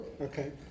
okay